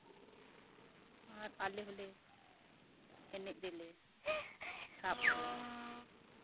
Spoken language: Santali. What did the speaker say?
ᱟᱨ ᱟᱞᱮ ᱦᱚᱸᱞᱮ ᱮᱱᱮᱡ ᱨᱮᱞᱮ ᱥᱟᱵ ᱠᱚᱣᱟ